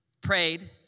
prayed